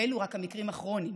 ואלו רק המקרים הכרוניים.